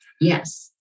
Yes